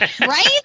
right